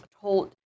told